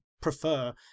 prefer